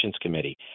Committee